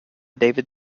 david